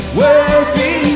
worthy